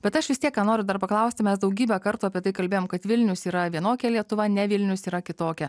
bet aš vis tiek ką noriu dar paklausti mes daugybę kartų apie tai kalbėjom kad vilnius yra vienokia lietuva ne vilnius yra kitokia